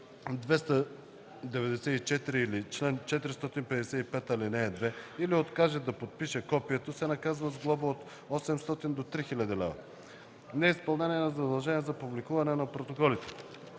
294 или чл. 455, ал. 2 или откаже да подпише копието, се наказва с глоба от 800 до 3000 лв.” „Неизпълнение на задължение за публикуване на протоколите”